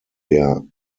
der